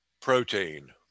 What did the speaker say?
protein